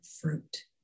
fruit